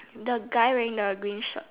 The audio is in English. the guy wearing the green shirt